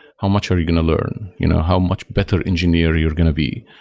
how much are you going to learn? you know how much better engineer you're going to be?